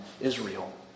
Israel